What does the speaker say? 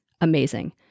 amazing